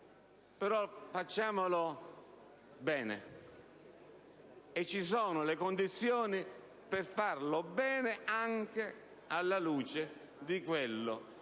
però facciamolo bene. Ci sono le condizioni per farlo bene, anche alla luce di quello